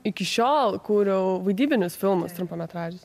iki šiol kūriau vaidybinius filmus trumpametražis